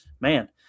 man